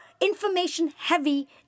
information-heavy